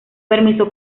permiso